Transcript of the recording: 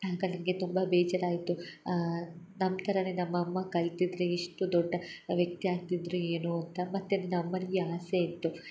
ಆಗ ನನಗೆ ತುಂಬ ಬೇಜರಾಯಿತು ನಮ್ಮ ಥರ ನಮ್ಮ ಅಮ್ಮ ಕಲ್ತಿದ್ದರೆ ಇಷ್ಟು ದೊಡ್ಡ ವ್ಯಕ್ತಿ ಆಗ್ತಿದ್ದರು ಏನು ಅಂತ ಮತ್ತೆ ನನ್ನ ಅಮ್ಮನಿಗೆ ಆಸೆ ಇತ್ತು